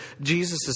Jesus